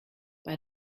bei